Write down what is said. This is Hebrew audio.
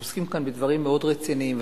אנחנו עוסקים כאן בדברים מאוד רציניים.